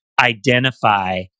identify